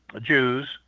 Jews